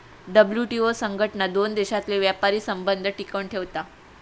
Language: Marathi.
डब्ल्यूटीओ संघटना दोन देशांतले व्यापारी संबंध टिकवन ठेवता